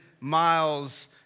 miles